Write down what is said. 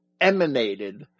emanated